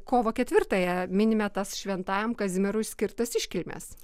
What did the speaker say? kovo ketvirtąją minime tas šventajam kazimierui skirtas iškilmes